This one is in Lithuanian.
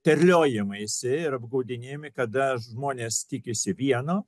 terliojimaisi ir apgaudinėjami kada žmonės tikisi vieno